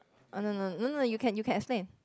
oh no no no no you can you can explain